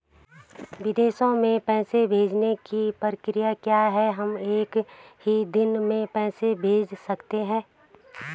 विदेशों में पैसे भेजने की प्रक्रिया क्या है हम एक ही दिन में पैसे भेज सकते हैं?